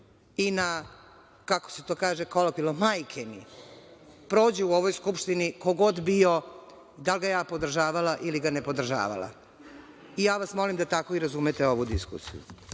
i na, kako se to kaže majke mi, prođe u ovoj Skupštini, ko god bio, da li ga ja podržavala ili ga ne podržavala. Molim vas da razumete ovu diskusiju.